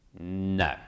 No